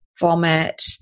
vomit